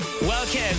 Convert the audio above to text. Welcome